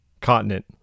continent